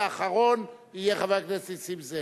ואחרון יהיה חבר הכנסת נסים זאב.